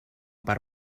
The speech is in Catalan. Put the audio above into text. per